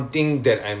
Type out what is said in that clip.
okay